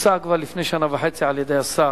הוצע כבר לפני שנה וחצי על-ידי השר.